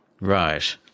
Right